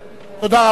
תודה רבה.